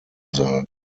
sagen